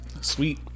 sweet